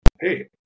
hey